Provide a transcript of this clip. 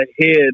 ahead